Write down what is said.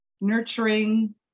nurturing